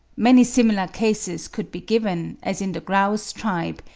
many similar cases could be given, as in the grouse tribe,